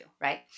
Right